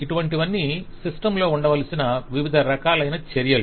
ఇవన్నీ సిస్టమ్ లో ఉండవలసిన వివిధ రకాలైన చర్యలు